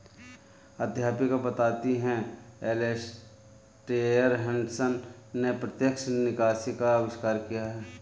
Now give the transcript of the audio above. अध्यापिका बताती हैं एलेसटेयर हटंन ने प्रत्यक्ष निकासी का अविष्कार किया